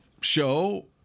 show